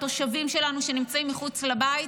התושבים שלנו שנמצאים מחוץ לבית,